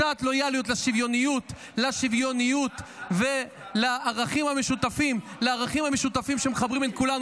קצת לויאליות לשוויוניות ולערכים המשותפים שמחברים בין כולנו,